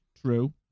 True